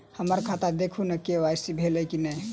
हम्मर खाता देखू नै के.वाई.सी भेल अई नै?